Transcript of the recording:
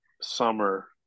summer